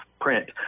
print